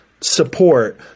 support